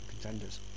contenders